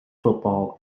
football